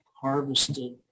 harvested